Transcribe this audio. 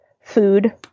food